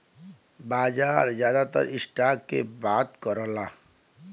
बाजार जादातर स्टॉक के बात करला